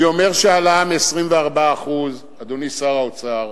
אני אומר שהעלאה מ-24%, אדוני שר האוצר,